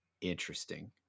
interesting